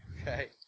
Okay